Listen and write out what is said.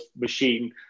Machine